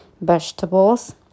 vegetables